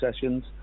sessions